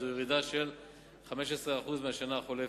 זו ירידה של 15% מהשנה החולפת.